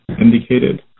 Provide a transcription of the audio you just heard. indicated